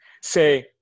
say